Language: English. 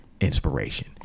inspiration